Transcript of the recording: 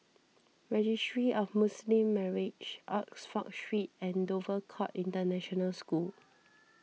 Registry of Muslim Marriages Oxford Street and Dover Court International School